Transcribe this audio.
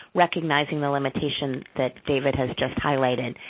recognizing the limitation that david has just highlighted.